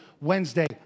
Wednesday